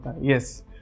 Yes